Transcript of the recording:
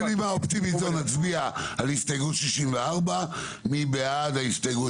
ובנימה אופטימית זאת נצביע על הסתייגות 64. מי בעד ההסתייגות?